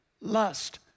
lust